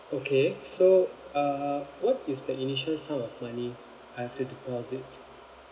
okay so uh what is the initial sum of money I've to deposit